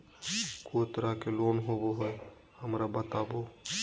को तरह के लोन होवे हय, हमरा बताबो?